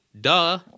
duh